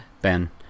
Ben